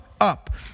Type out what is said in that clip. up